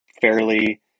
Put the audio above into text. fairly